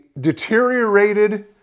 deteriorated